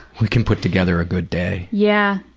we can put together a good day. yeah.